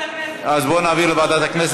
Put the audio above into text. הצעת חוק האזורים הימיים,